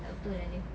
tak betul ah dia